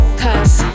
cause